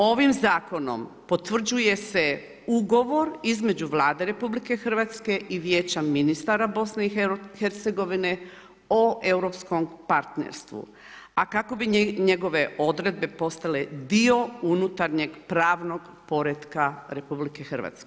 Ovim zakonom potvrđuje se ugovor između Vlade RH i Vijeća ministara BiH o europskom partnerstvu, a kako bi njegove odredbe postale dio unutarnjeg pravnog poretka RH.